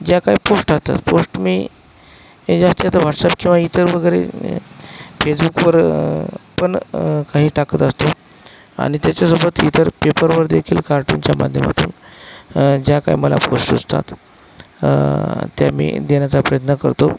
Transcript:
ज्या काय पोस्ट राहतात पोस्ट मी जास्त आता व्हाट्सअप किंवा इतर वगैरे फेसबुकवर पण काही टाकत असतो आणि त्याच्यासोबत इतर ट्विटरवर देखील कार्टूनच्या माध्यमातून ज्या काही मला पोस्ट सुचतात त्या मी देण्याचा प्रयत्न करतो